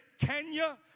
Kenya